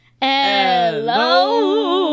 Hello